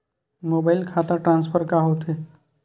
Mobile खाता transfer का होथे?